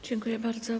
Dziękuję bardzo.